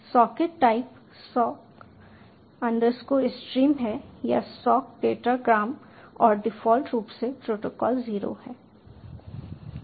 socket type SOCK STREAM है या sock datagram और डिफ़ॉल्ट रूप से प्रोटोकॉल 0 है